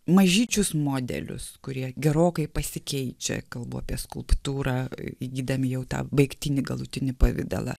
mažyčius modelius kurie gerokai pasikeičia kalbu apie skulptūrą įgydami jau tą baigtinį galutinį pavidalą